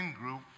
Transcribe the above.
group